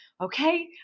okay